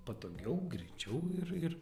patogiau greičiau ir ir